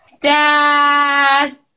Dad